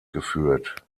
geführt